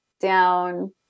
down